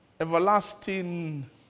everlasting